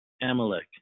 Amalek